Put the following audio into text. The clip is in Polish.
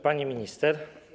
Pani Minister!